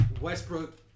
Westbrook